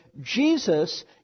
Jesus